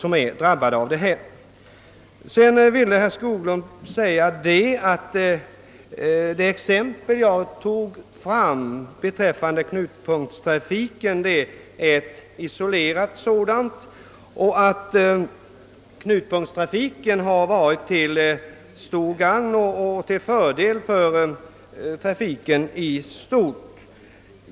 Herr Skoglund ansåg att det exempel som jag nämnde beträffande knutpunktstrafiken var en isolerad företeelse och att knutpunktstrafiken varit till stort gagn för trafiken.